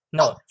No